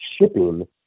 shipping